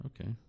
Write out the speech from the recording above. okay